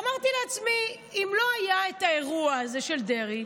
אמרתי לעצמי: אם לא היה את האירוע הזה של דרעי,